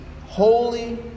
holy